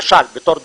למשל, בתור דוגמה.